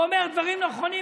הוא אומר דברים נכונים.